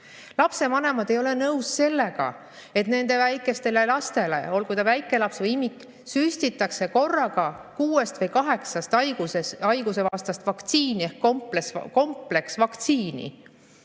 Lapsevanemad ei ole nõus, et nende väikestele lastele, olgu ta väikelaps või imik, süstitakse korraga kuue või kaheksa haiguse vastast vaktsiini ehk kompleksvaktsiini.